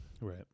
Right